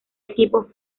equipo